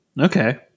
Okay